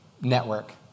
network